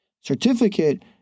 certificate